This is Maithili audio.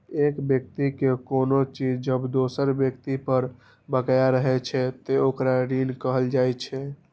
एक व्यक्ति के कोनो चीज जब दोसर व्यक्ति पर बकाया रहै छै, ते ओकरा ऋण कहल जाइ छै